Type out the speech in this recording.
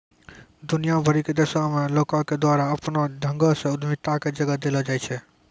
दुनिया भरि के देशो मे लोको के द्वारा अपनो ढंगो से उद्यमिता के जगह देलो जाय छै